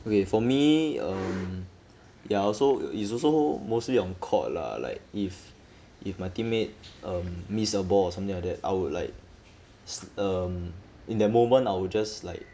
okay for me um there are also it's also mostly on court lah like if if my teammate um miss a ball or something like that I would like um in that moment I will just like